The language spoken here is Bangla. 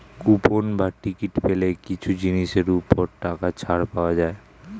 কুপন বা টিকিট পেলে কিছু জিনিসের ওপর টাকা ছাড় পাওয়া যায়